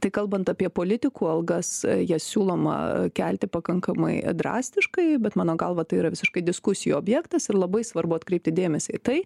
tai kalbant apie politikų algas jas siūloma kelti pakankamai drastiškai bet mano galva tai yra visiškai diskusijų objektas ir labai svarbu atkreipti dėmesį į tai